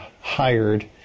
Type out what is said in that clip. hired